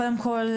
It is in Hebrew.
קודם כול,